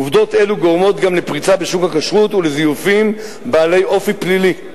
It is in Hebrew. עובדות אלו גורמות גם לפריצה בשוק הכשרות ולזיופים בעלי אופי פלילי,